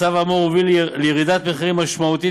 הצו האמור הוביל לירידת מחירים משמעותית